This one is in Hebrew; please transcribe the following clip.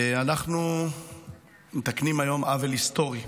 אנחנו מתקנים היום עוול היסטורי,